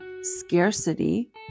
scarcity